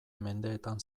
mendeetan